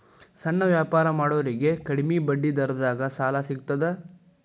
ಸಣ್ಣ ವ್ಯಾಪಾರ ಮಾಡೋರಿಗೆ ಕಡಿಮಿ ಬಡ್ಡಿ ದರದಾಗ್ ಸಾಲಾ ಸಿಗ್ತದಾ?